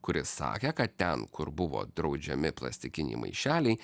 kuris sakė kad ten kur buvo draudžiami plastikiniai maišeliai